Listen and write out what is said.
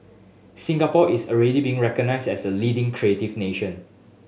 Singapore is already being recognised as a leading creative nation